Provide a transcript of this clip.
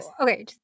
okay